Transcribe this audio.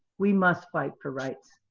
we must fight for rights,